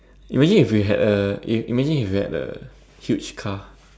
imagine if you had a imagine if you had a huge car